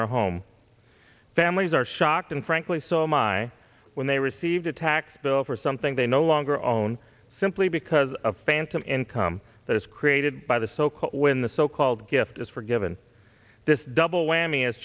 their home families are shocked and frankly so my when they received a tax bill for something they no longer own simply because of phantom income that is created by the so called when the so called gift is forgiven this double whammy as